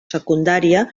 secundària